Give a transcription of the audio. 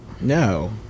No